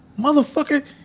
motherfucker